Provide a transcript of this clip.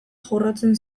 jorratzen